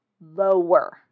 lower